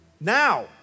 now